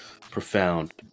Profound